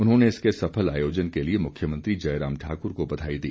उन्होंने इसके सफल आयोजन के लिए मुख्यमंत्री जयराम ठाकुर को बधाई दी